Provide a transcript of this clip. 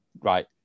right